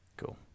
Cool